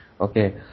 Okay